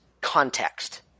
context